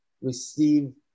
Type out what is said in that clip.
receive